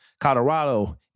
Colorado